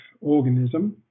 organism